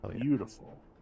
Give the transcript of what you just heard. Beautiful